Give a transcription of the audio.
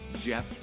Jeff